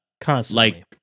Constantly